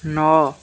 ନଅ